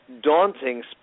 daunting